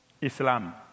Islam